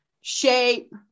shape